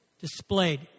displayed